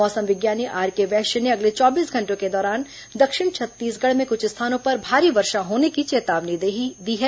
मौसम विज्ञानी आरके वैश्य ने अगले चौबीस घंटों के दौरान दक्षिण छत्तीसगढ़ में कुछ स्थानों पर भारी वर्षा होने की चेतावनी दी हैं